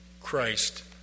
Christ